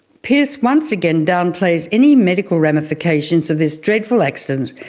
pearce once again downplays any medical ramifications of this dreadful accident,